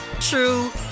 true